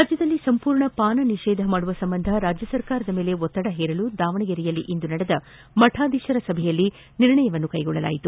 ರಾಜ್ಯದಲ್ಲಿ ಸಂಪೂರ್ಣ ಪಾನ ನಿಷೇಧ ಮಾಡುವ ಸಂಬಂಧ ರಾಜ್ಯ ಸರ್ಕಾರದ ಮೇಲೆ ಒತ್ತಡ ಹೇರಲು ದಾವಣಗೆರೆಯಲ್ಲಿಂದು ನಡೆದ ಮಠಾಧೀಶರ ಸಭೆಯಲ್ಲಿ ನಿರ್ಣಯ ಕೈಗೊಳ್ಳಲಾಗಿದೆ